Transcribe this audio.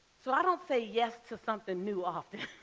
so i don't say yes to something new often.